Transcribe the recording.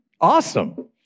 Awesome